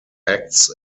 acts